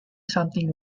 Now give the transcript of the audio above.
something